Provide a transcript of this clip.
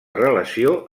relació